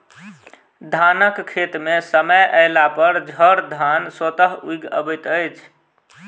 धानक खेत मे समय अयलापर झड़धान स्वतः उगि अबैत अछि